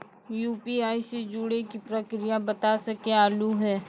UPI से जुड़े के प्रक्रिया बता सके आलू है?